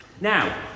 Now